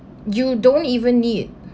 you don't even need